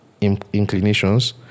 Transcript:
inclinations